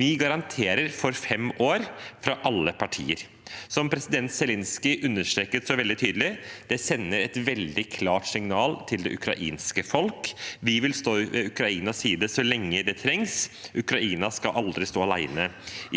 Vi garanterer for fem år, fra alle partier. Som president Zelenskyj understreket veldig tydelig: Det sender et veldig klart signal til det ukrainske folk. Vi vil stå ved Ukrainas side så lenge det trengs – Ukraina skal aldri stå alene